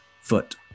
foot